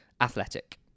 athletic